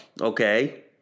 okay